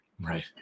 Right